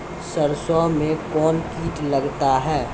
सरसों मे कौन कीट लगता हैं?